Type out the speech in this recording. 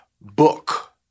book